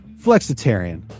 Flexitarian